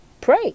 pray